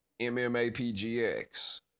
MMAPGX